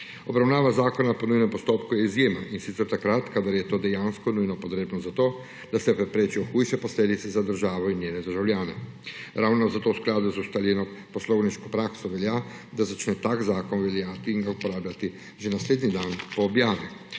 Obravnava zakona po nujnem postopku je izjema, in sicer takrat kadar je to dejansko nujno potrebno za to, da se preprečijo hujše posledice za državo in njene državljane. Ravno zato v skladu z ustaljeno poslovniško prakso velja, da začne tak zakon veljati in ga uporabljati že naslednji dan po objavi,